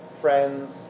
friends